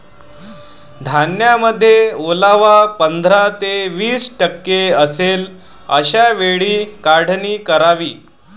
धान्यामध्ये ओलावा पंधरा ते वीस टक्के असेल अशा वेळी काढणी करावी